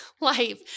life